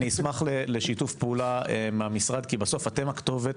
אשמח לשיתוף פעולה מהמשרד כי בסוף אתם הכתובת.